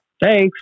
Thanks